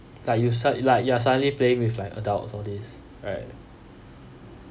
like you sud~ like you're suddenly playing with like adults all these right